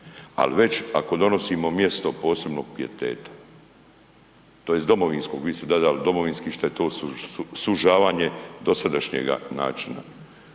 Al već ako donosimo mjesto posebnog pijeteta tj. domovinskog, vi ste dodali domovinski, šta je to sužavanje dosadašnjega načina.